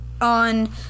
on